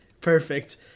Perfect